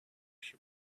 she